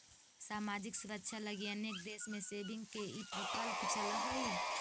सामाजिक सुरक्षा लगी अनेक देश में सेविंग्स के ई प्रकल्प चलऽ हई